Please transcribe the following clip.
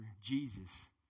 Jesus